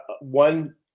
one